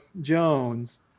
jones